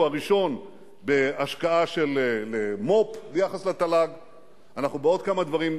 שהוא מאוד משמעותי לגבי הגליל,